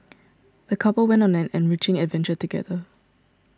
the couple went on an enriching adventure together